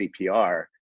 CPR